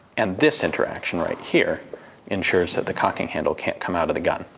and this interaction right here ensures that the cocking handle can't come out of the gun,